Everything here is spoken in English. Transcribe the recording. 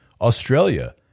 Australia